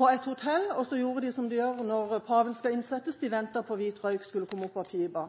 på et hotell, og så gjorde de som de gjør når Paven skal innsettes, de ventet på at hvit røyk skulle komme opp av pipa.